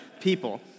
people